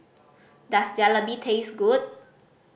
does Jalebi taste good